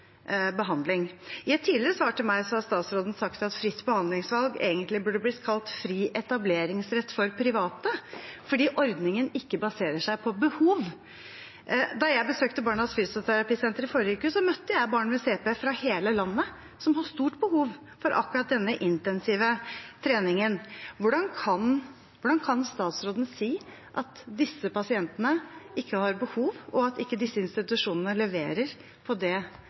behandling. I et tidligere svar til meg har statsråden sagt at fritt behandlingsvalg egentlig burde blitt kalt fri etableringsrett for private, fordi ordningen ikke baserer seg på behov. Da jeg besøkte Barnas Fysioterapisenter i forrige uke, møtte jeg barn med CP fra hele landet som har stort behov for akkurat denne intensive treningen. Hvordan kan statsråden si at disse pasientene ikke har behov, og at disse institusjonene ikke leverer på det